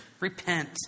Repent